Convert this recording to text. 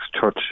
Church